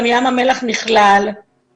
אני כבר שמה את הדבר הזה בצד.